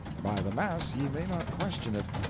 by the mass ye may not question it.